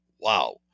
wow